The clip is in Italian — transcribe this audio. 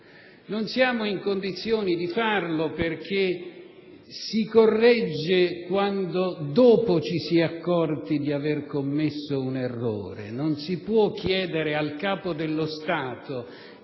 Non siamo in condizioni di farlo, perché si corregge dopo essersi accorti di aver commesso un errore: non si può chiedere al Capo dello Stato